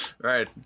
Right